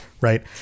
Right